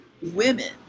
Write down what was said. women